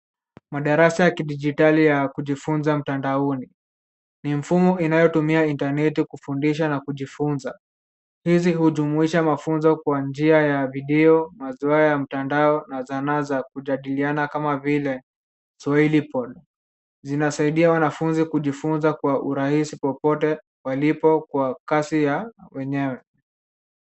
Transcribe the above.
Madarasa ya kidijitali ya kujifunza mtandaoni. Ni mfumo inayotumia intaneti kufundisha na kujifunza. Hizi hujumuisha mafunzo kwa njia ya video, mazoea ya mtandao na zana za kujadiliana kama vile swahili pod zinasaidia wanafunzi kujifunza kwa urahisi popote walipo kwa kasi ya wenyewe.